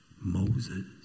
Moses